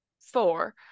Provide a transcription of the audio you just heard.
four